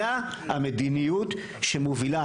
אלא המדיניות שמובילה,